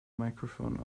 microphone